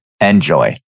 Enjoy